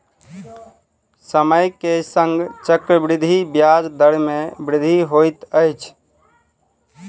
समय के संग चक्रवृद्धि ब्याज दर मे वृद्धि होइत अछि